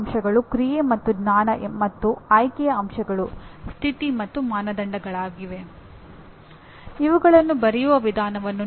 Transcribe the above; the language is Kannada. ಏಕೆಂದರೆ ಶಿಕ್ಷಣ ಸಂಸ್ಥೆಯಲ್ಲಿ ನಾವು ಪ್ರಮುಖವಾಗಿ ಉತ್ತಮವಾಗಿ ವ್ಯಾಖ್ಯಾನಿಸಲಾದ ಸಮಸ್ಯೆಗಳನ್ನು ಪರಿಹರಿಸುವಲ್ಲಿ ತರಬೇತಿ ಪಡೆಯುವ ಸಾಧ್ಯತೆಯಿದೆ